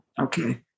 Okay